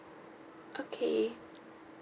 okay